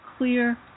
clear